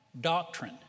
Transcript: Doctrine